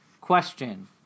Question